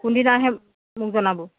কোনদিনা আহে মোক জনাব